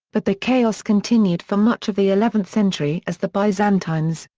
but the chaos continued for much of the eleventh century as the byzantines,